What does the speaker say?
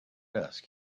dust